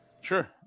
Sure